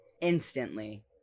Instantly